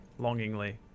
Longingly